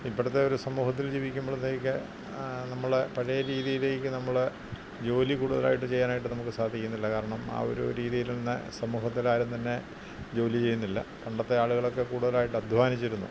ഇപ്പോഴത്തെ ഒരു സമൂഹത്തിൽ ജീവിക്കുമ്പോഴത്തേക്ക് നമ്മൾ പഴയ രീതിയിലേക്ക് നമ്മൾ ജോലി കൂടുതലായിട്ട് ചെയ്യാനായിട്ട് നമുക്ക് സാധിക്കുന്നില്ല കാരണം ആ ഒരു രീതിയിൽ ഇന്ന് സമൂഹത്തിൽ ആരും തന്നെ ജോലി ചെയ്യുന്നില്ല പണ്ടത്തെ ആളുകളൊക്കെ കൂടുതലായിട്ട് അദ്ധ്വാനിച്ചിരുന്നു